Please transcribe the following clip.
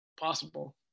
possible